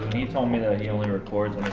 he told me that he only records